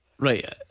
Right